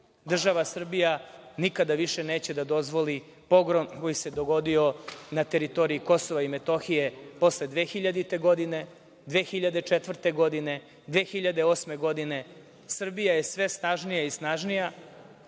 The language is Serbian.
Država Srbija nikada više neće da dozvoli pogrom koji se dogodio na teritoriji Kosova i Metohije posle 2000. godine, 2004. godine, 2008. godine. Srbija je sve snažnija i snažnija.